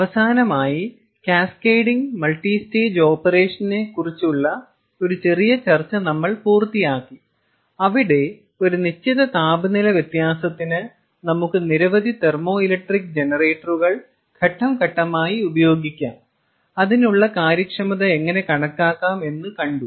അവസാനമായി cascading multistage ഓപ്പറേഷനെ ക്കുറിച്ചുള്ള ഒരു ചെറിയ ചർച്ച നമ്മൾ പൂർത്തിയാക്കി അവിടെ ഒരു നിശ്ചിത താപനില വ്യത്യാസത്തിന് നമുക്ക് നിരവധി തെർമോ ഇലക്ട്രിക് ജനറേറ്ററുകൾ ഘട്ടം ഘട്ടമായി ഉപയോഗിക്കാം അതിനുള്ള കാര്യക്ഷമത എങ്ങനെ കണക്കാക്കാം എന്ന് കണ്ടു